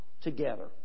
together